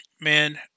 man